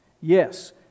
Yes